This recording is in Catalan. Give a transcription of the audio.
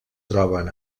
troben